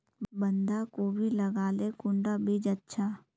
बंधाकोबी लगाले कुंडा बीज अच्छा?